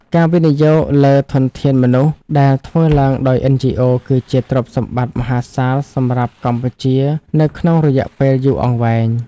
ការវិនិយោគលើធនធានមនុស្សដែលធ្វើឡើងដោយ NGOs គឺជាទ្រព្យសម្បត្តិមហាសាលសម្រាប់កម្ពុជានៅក្នុងរយៈពេលយូរអង្វែង។